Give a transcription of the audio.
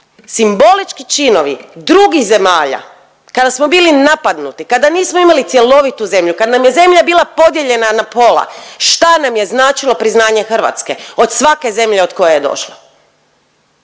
simbolički činovi drugih zemalja kada smo bili napadnuti, kada nismo imali cjelovitu zemlju, kad nam je zemlja bila podijeljena na pola šta nam je značilo priznanje Hrvatske od svake zemlje od koje je došlo.